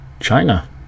China